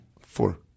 Four